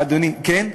אדוני, כן.